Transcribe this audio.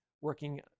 working